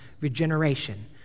Regeneration